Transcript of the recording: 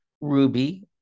Ruby